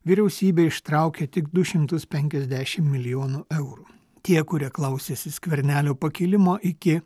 vyriausybė ištraukė tik du šimtus penkiasdešim milijonų eurų tie kurie klausėsi skvernelio pakilimo iki